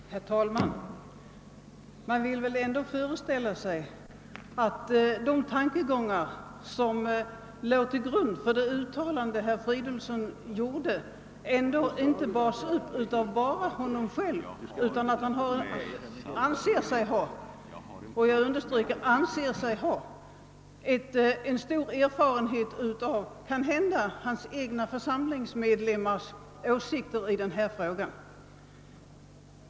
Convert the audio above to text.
Herr talman! Man vill väl ändå föreställa sig att de tankegångar som låg till grund för herr Fridolfssons uttalande inte bara hänför sig till hans egna upplevelser, utan att han anser sig ha — jag ber att få understryka det — stor erfarenhet av sina egna församlingsmedlemmars åsikter i det här avseendet.